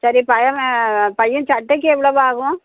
சரி பையன் பையன் சட்டைக்கு எவ்வளோவு ஆகும்